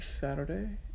Saturday